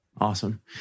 Awesome